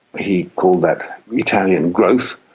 he called that italian growth.